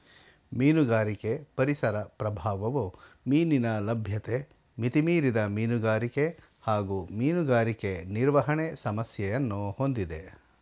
ಮೀನುಗಾರಿಕೆ ಪರಿಸರ ಪ್ರಭಾವವು ಮೀನಿನ ಲಭ್ಯತೆ ಮಿತಿಮೀರಿದ ಮೀನುಗಾರಿಕೆ ಹಾಗೂ ಮೀನುಗಾರಿಕೆ ನಿರ್ವಹಣೆ ಸಮಸ್ಯೆಯನ್ನು ಹೊಂದಿದೆ